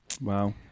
Wow